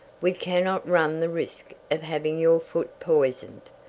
we cannot run the risk of having your foot poisoned.